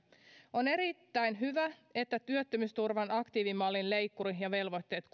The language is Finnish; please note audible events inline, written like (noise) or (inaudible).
on erittäin hyvä että työttömyysturvan aktiivimallin leikkuri ja velvoitteet (unintelligible)